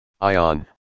Ion